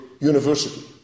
University